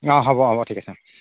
অঁ হ'ব হ'ব ঠিক আছে অঁ